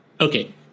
Okay